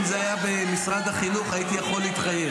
אם זה היה במשרד החינוך, הייתי יכול להתחייב.